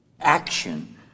action